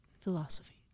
philosophy